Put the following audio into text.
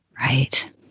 Right